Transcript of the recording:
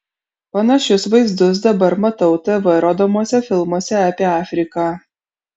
panašius vaizdus dabar matau tv rodomuose filmuose apie afriką